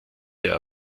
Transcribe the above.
der